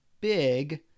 big